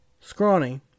scrawny